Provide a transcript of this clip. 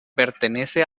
pertenece